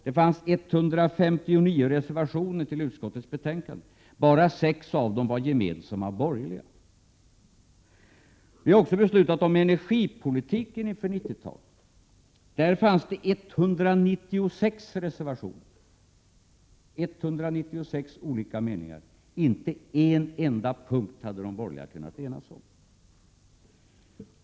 Det fanns 159 reservationer till utskottets betänkande — bara 6 av dem var gemensamma borgerliga. Riksdagen har också beslutat om energipolitiken inför 90-talet. Där fanns det 196 reservationer — 196 olika meningar. Inte en enda punkt hade de borgerliga kunnat enas om!